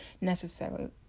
necessary